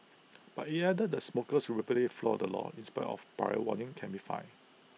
but IT added the smokers who repeatedly flout the law in spite of prior warnings can be fined